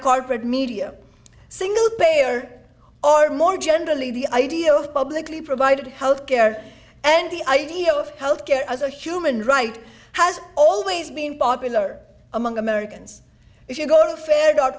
corporate media single payer or more generally the idea of publicly provided health care and the idea of health care as a human right has always been popular among americans if you go to the fair do